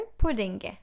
pudding